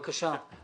בבקשה.